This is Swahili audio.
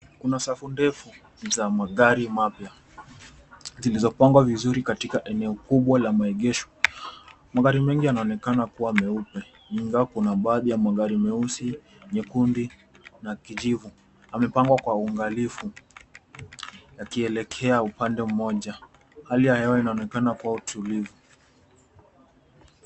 Kuna safu ndefu za magari mapya, zilizopangwa vizuri katika eneo kubwa la maegesho. Magari mengi yanaonekana kuwa meupe, ingawa kuna baadhi ya magari meusi, nyekundi na ya kijivu. Amepangwa kwa uangalifu, yakiielekea upande mmoja, hali ya hewa inaonekana kwa utulivu.